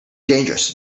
dangerous